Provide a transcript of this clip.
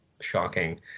shocking